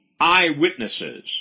eyewitnesses